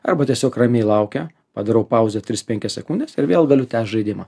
arba tiesiog ramiai laukia padarau pauzę tris penkias sekundes ir vėl galiu tęst žaidimą